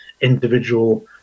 individual